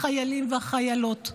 החיילים והחיילות.